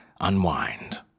unwind